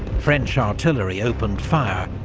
french artillery opened fire,